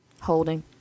Holding